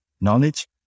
Knowledge